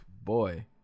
Boy